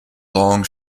long